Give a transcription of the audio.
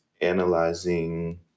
analyzing